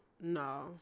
No